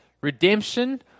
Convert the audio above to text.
redemption